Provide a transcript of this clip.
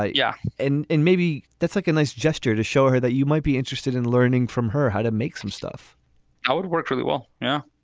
ah yeah. and maybe that's like a nice gesture to show her that you might be interested in learning from her how to make some stuff out. works really well. yeah.